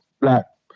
black